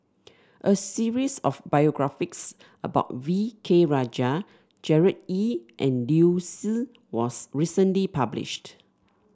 a series of biographies about V K Rajah Gerard Ee and Liu Si was recently published